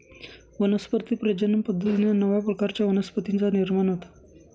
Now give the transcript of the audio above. वनस्पती प्रजनन पद्धतीने नव्या प्रकारच्या वनस्पतींचा निर्माण होतो